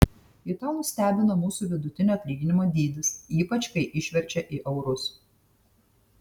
italus stebina mūsų vidutinio atlyginimo dydis ypač kai išverčia į eurus